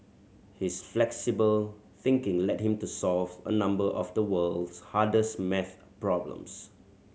his flexible thinking led him to solve a number of the world's hardest maths problems